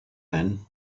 then